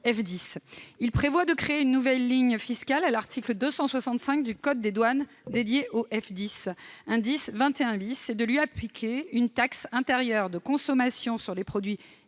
tend à créer une nouvelle ligne fiscale à l'article 265 du code des douanes dédiée au F10- indice 21 -, et de lui appliquer une taxe intérieure de consommation sur les produits